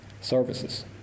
services